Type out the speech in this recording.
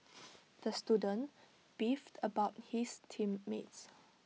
the student beefed about his team mates